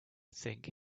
think